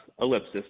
Ellipsis